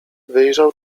wyjrzał